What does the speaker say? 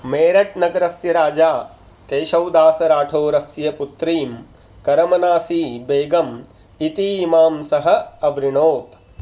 मेरट् नगरस्य राजा केशोदासराठौरस्य पुत्रीं करमनासी बेगम् इतीमां सः अवृणोत्